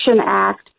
Act